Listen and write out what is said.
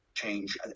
change